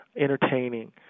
entertaining